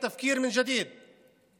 את הילדים שלנו.